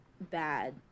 bad